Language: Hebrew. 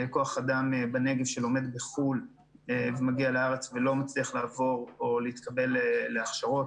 כוח אדם מהנגב שלומד בחו"ל ומגיע לארץ ולא מצליח להתקבל להכשרות,